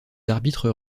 arbitres